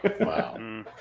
Wow